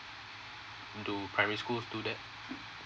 do primary school do that